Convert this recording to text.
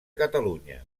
catalunya